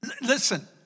listen